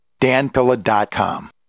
danpilla.com